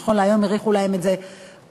נכון להיום האריכו להם את זה בשנה,